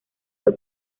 fue